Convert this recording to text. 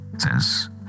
says